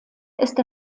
ist